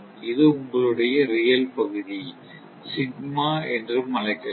இது உங்களுடைய ரியல் பகுதி சிக்மா என்றும் அழைக்கலாம்